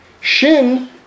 Shin